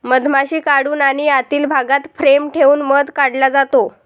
मधमाशी काढून आणि आतील भागात फ्रेम ठेवून मध काढला जातो